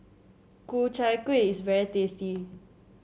Ku Chai Kuih is very tasty